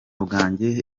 bwanjye